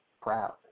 proud